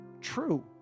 true